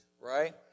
right